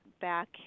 back